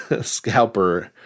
scalper